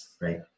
right